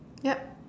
yup